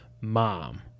mom